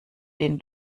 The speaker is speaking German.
den